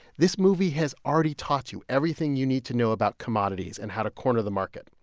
this movie has already taught you everything you need to know about commodities and how to corner the market.